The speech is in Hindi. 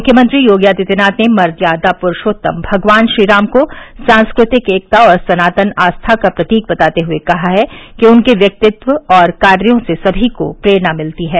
मुख्यमंत्री योगी आदित्यनाथ ने मर्यादा पुरूषोत्तम भगवान श्रीराम को सांस्कृतिक एकता और सनातन आस्था का प्रतीक बताते हुए कहा है कि उनके व्यतित्व और कार्यो से समी को प्रेरणा मिलती है